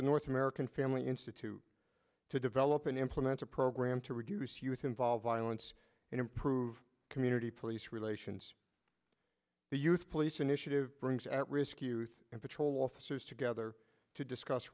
the north american family institute to develop and implement a program to reduce youth involve violence and improve community police relations the youth police initiative brings at risk youth and patrol officers together to discuss